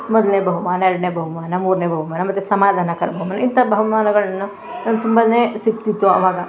ಮೊದಲನೇ ಬಹುಮಾನ ಎರಡನೇ ಬಹುಮಾನ ಮೂರನೇ ಬಹುಮಾನ ಮತ್ತು ಸಮಾಧಾನಕರ ಬಹುಮಾನ ಇಂಥ ಬಹುಮಾನಗಳು ನಮ್ಗೆ ತುಂಬಾ ಸಿಗ್ತಿತ್ತು ಆವಾಗ